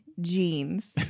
jeans